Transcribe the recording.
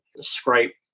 scrape